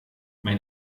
mein